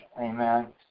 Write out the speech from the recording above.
Amen